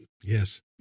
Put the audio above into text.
yes